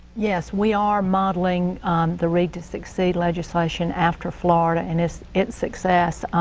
yes, we are modeling the read to succeed legislation after florida and its its success.